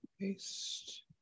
paste